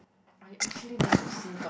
I actually went to see doctor